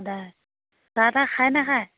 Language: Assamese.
চাহ তাহ খায় নাখায়